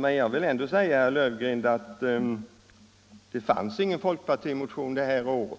Men jag vill ändå säga herr Löfgren att det fanns ingen folkpartimotion det här året,